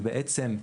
ובעצם,